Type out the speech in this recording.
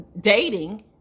dating